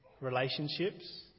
Relationships